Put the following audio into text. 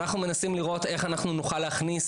אנחנו מנסים לראות איך אנחנו נוכל להכניס